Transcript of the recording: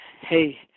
Hey